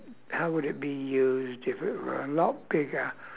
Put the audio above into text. how would it be used if it were a lot bigger